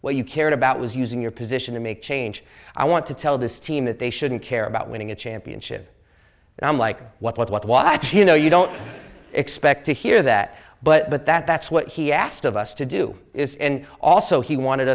what you cared about was using your position to make change i want to tell this team that they shouldn't care about winning a championship and i'm like what what what what you know you don't expect to hear that but that that's what he asked of us to do is and also he wanted